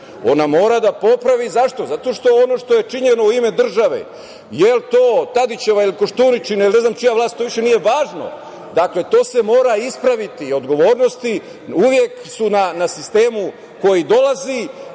Ona mora da popravi, zašto? Zato što ono što je činjeno u ime države, da li je to Tadićeva ili Koštuničina ili ne znam čija vlast, to više nije važno. Dakle, to se mora ispraviti. Odgovornosti su uvek na sistemu koji dolazi